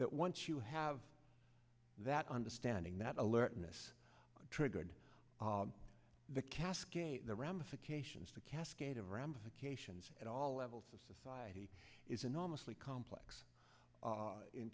that once you have that understanding that alertness triggered the cascade the ramifications the cascade of ramifications at all levels of society is enormously complex